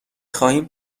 خواهیم